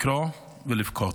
לקרוא ולבכות.